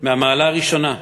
מהמעלה הראשונה,